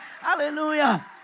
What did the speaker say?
Hallelujah